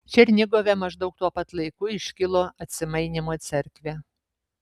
černigove maždaug tuo pat laiku iškilo atsimainymo cerkvė